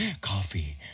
Coffee